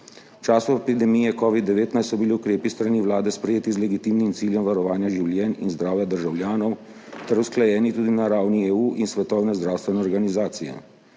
V času epidemije covida-19 so bili ukrepi s strani Vlade sprejeti z legitimnim ciljem varovanja življenj in zdravja državljanov ter usklajeni tudi na ravni EU in Svetovne zdravstvene organizacije.